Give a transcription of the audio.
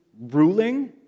ruling